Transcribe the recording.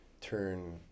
turn